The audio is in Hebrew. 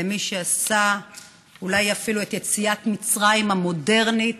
למי שעשה אולי אפילו את יציאת מצרים המודרנית,